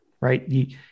right